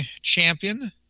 champion